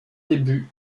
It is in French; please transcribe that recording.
début